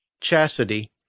chastity